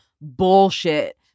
bullshit